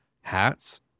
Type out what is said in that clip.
hats